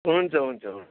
हुन्छ हुन्छ हुन्छ